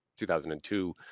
2002